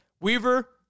Weaver